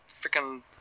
freaking